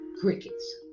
Crickets